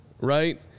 Right